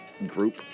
group